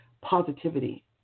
positivity